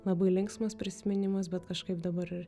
labai linksmas prisiminimas bet kažkaip dabar